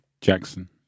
Jackson